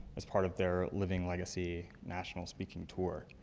as part of their living legacy national speaking tour.